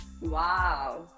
wow